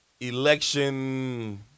election